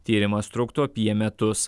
tyrimas truktų apie metus